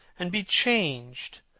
and be changed,